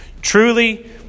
Truly